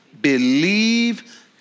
believe